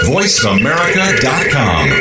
VoiceAmerica.com